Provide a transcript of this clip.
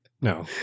no